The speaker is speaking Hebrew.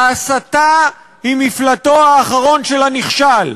ההסתה היא מפלטו האחרון של הנכשל.